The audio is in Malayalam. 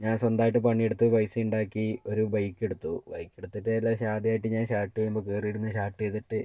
ഞാ സ്വന്തായിട്ട് പണിയെട്ത്ത് പൈസയ്ണ്ടാക്കി ഒരു ബൈക്കെട്ത്തു ബൈക്കെട്ത്തിറ്റ് എല്ലാ പഷെ ആദ്യായിട്ട് ഞാ ഷാട്ടെയ്യ്മ്പ കേറി ഇര്ന്ന് ഷാട്ടെയ്തിട്ട്